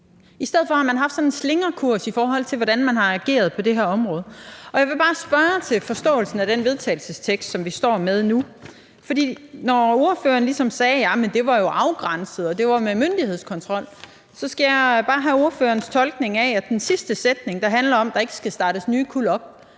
I stedet for har man haft sådan en slingrekurs, i forhold til hvordan man har ageret på det her område. Jeg vil bare spørge til forståelsen af det forslag til vedtagelse, som vi står med nu. For når ordføreren ligesom sagde, at det jo var afgrænset og det var med myndighedskontrol, skal jeg bare have ordførerens tolkning af, om den sidste sætning, der handler om, at der ikke skal startes nye kuld op,